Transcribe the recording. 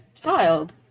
child